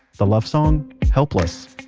the love song helpless. ohh,